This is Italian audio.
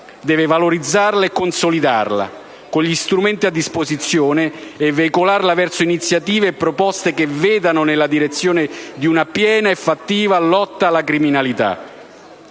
deve valorizzarla e consolidarla, con gli strumenti a disposizione, e veicolarla verso iniziative e proposte che vadano nella direzione di una piena e fattiva lotta alla criminalità.